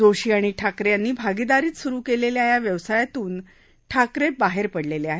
जोशी आणि ठाकरे यांनी भागीदारीत सुरू केलेल्या या व्यवसायातून ठाकरे बाहेर पडलेले आहेत